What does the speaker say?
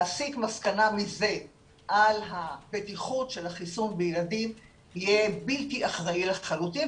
להסיק מסקנה מזה על הבטיחות של החיסון בילדים יהיה בלתי אחראי לחלוטין.